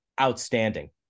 outstanding